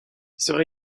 sera